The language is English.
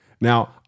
Now